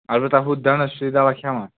اَلبتاہ ہُتھ دَندَس چھِو تُہۍ دوہ کھیٚوان